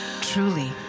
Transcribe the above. Truly